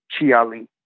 Chiali